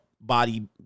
body